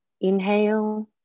Inhale